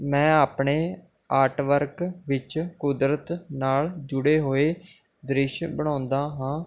ਮੈਂ ਆਪਣੇ ਆਰਟਵਰਕ ਵਿੱਚ ਕੁਦਰਤ ਨਾਲ਼ ਜੁੜੇ ਹੋਏ ਦ੍ਰਿਸ਼ ਬਣਾਉਂਦਾ ਹਾਂ